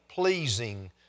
Pleasing